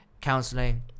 Counseling